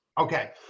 Okay